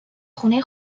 خونه